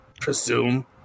presume